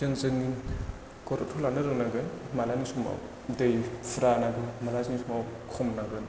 जों जोंनि गरन्थ' लानो रोंनांगोन मालानि समाव दै फुरा नांगौ मालानि समाव खम नांगोन